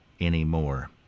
anymore